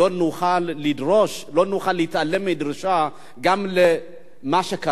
להתעלם מדרישה גם למה שקרה לעמים אחרים,